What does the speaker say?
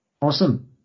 Awesome